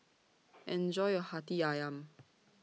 Enjoy your Hati Ayam